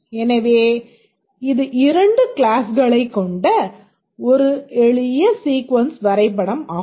எனவே இது இரண்டு க்ளாஸ்களைக் கொண்ட ஒரு எளிய சீக்வென்ஸ் வரைபடம் ஆகும்